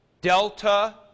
Delta